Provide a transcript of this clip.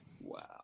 Wow